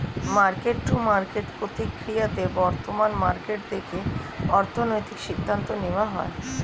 market to market প্রক্রিয়াতে বর্তমান market দেখে অর্থনৈতিক সিদ্ধান্ত নেওয়া হয়